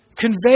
convey